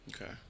Okay